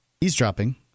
eavesdropping